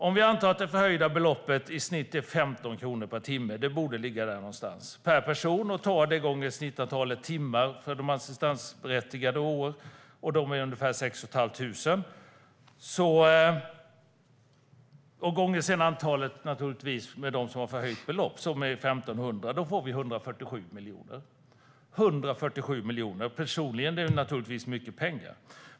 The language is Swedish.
Om vi antar att det förhöjda beloppet i snitt är 15 kronor per timme och person - det borde ligga där någonstans - och tar det gånger snittantalet timmar per assistansberättigad och år, som är ungefär 6 500, och sedan naturligtvis gånger antalet assistansberättigade som har förhöjt belopp, som är 1 500, då får vi 147 miljoner. Det är naturligtvis mycket pengar.